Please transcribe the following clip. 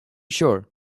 sure